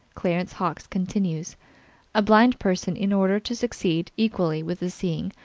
clarence hawkes continues a blind person, in order to succeed equally with the seeing,